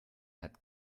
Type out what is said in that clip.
hat